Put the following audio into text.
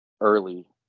early